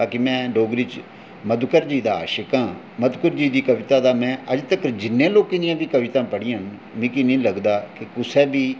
में डोगरी च मधुकर जी दा आशिक आं मधुकर जी दा में अज्ज तक्कर में जिन्नियां बी कवितां पढ़ियां न मिगी निं लगदा की कुसै बी